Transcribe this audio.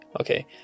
Okay